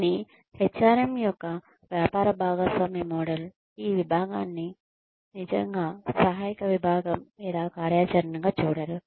కానీ HRM యొక్క వ్యాపార భాగస్వామి మోడల్ ఈ విభాగాన్ని నిజంగా సహాయక విభాగం లేదా కార్యాచరణగా చూడదు